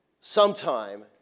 sometime